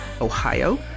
Ohio